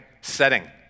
setting